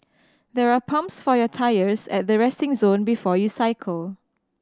there are pumps for your tyres at the resting zone before you cycle